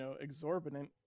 exorbitant